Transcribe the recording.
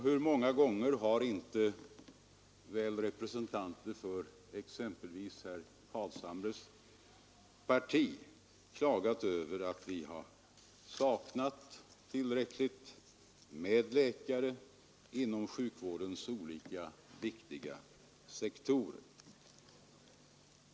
Hur många gånger har inte representanter för exempelvis herr Carlshamres parti klagat över att vi har saknat tillräckligt med läkare inom sjukvårdens olika viktiga sektorer.